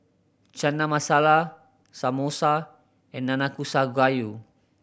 Chana Masala Samosa and Nanakusa Gayu